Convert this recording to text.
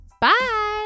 Bye